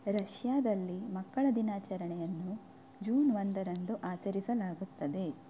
ರಷ್ಯಾದಲ್ಲಿ ಮಕ್ಕಳ ದಿನಾಚರಣೆಯನ್ನು ಜೂನ್ ಒಂದರಂದು ಆಚರಿಸಲಾಗುತ್ತದೆ